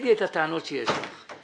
תגידי את הטענות שיש לך.